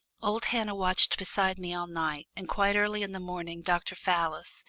old hannah watched beside me all night, and quite early in the morning dr. fallis,